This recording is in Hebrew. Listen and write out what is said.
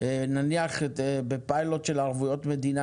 נניח בפיילוט של ערבויות מדינה,